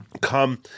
come